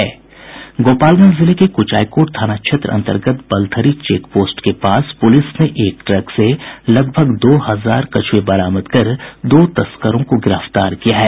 गोपालगंज जिले के कुचायकोट थाना क्षेत्र अंतर्गत बलथरी चेकपोस्ट के पास पुलिस ने एक ट्रक से लगभग दो हजार कछुए बरामद कर दो तस्करों को गिरफ्तार किया है